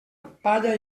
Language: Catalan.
palla